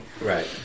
Right